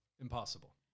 Impossible